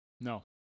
No